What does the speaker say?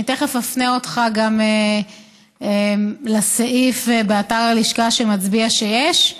תכף אפנה אותך לסעיף באתר הלשכה שמצביע שיש.